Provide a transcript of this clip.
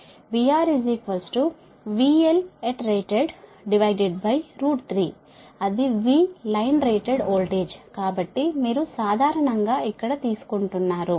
అది V line rated voltage కాబట్టి మీరు సాధారణంగా ఇక్కడ తీసుకుంటున్నారు